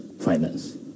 finance